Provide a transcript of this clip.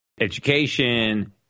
Education